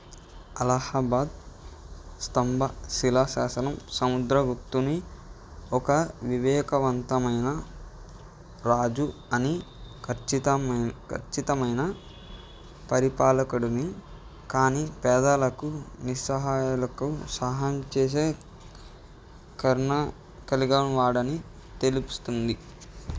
అలహాబాద్ స్తంభ శిలా శాసనం సముద్ర గుప్తుని ఒక వివేకవంతమైన రాజు అని ఖచ్చితమైన్ ఖచ్చితమైన పరిపాలకుడుని కానీ పేదలకు నిస్సహాయులకు సహాయం చేసే కరుణ కలిగిన వాడని తెలుపుతుంది